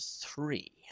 three